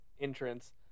entrance